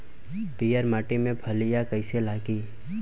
पीयर माटी में फलियां कइसे लागी?